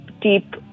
deep